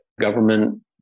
government